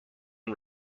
and